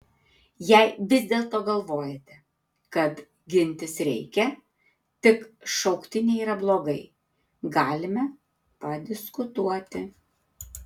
jei vis dėlto galvojate kad gintis reikia tik šauktiniai yra blogai galime padiskutuoti